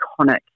iconic